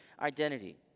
Identity